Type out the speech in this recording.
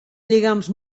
lligams